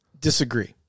Disagree